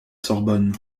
sorbonne